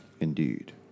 indeed